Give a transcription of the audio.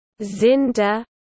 Zinda